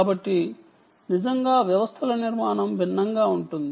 కాబట్టి నిజంగా వ్యవస్థల నిర్మాణం భిన్నంగా ఉంటుంది